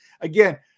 Again